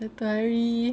satu hari